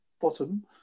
bottom